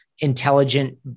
intelligent